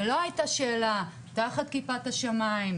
ולא היתה שאלה תחת כיפת השמיים,